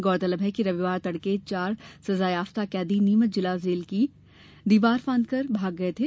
गौरतलब है कि रविवार तड़के चार सजायाफ्ता कैदी नीमच जिला जेल की दीवार फांदकर फरार हो गए थे